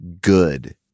good